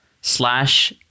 slash